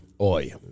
Oi